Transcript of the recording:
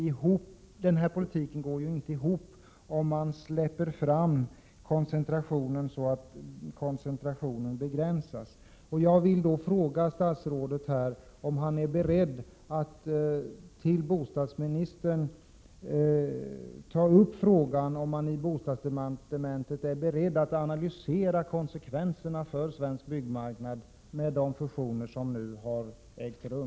Men regeringens politik går inte ihop om man tillåter koncentration så att konkurrensen begränsas. Jag vill fråga statsrådet om han är beredd att med bostadsministern ta upp frågan om man i bostadsdepartementet är beredd att analysera konsekvenserna för svensk byggmarknad av de fusioner som nu har ägt rum.